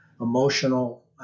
emotional